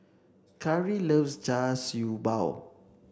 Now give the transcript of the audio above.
Kari loves Char Siew Bao